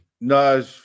No